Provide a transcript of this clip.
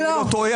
אם אני לא טועה,